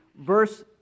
verse